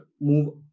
move